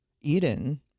Eden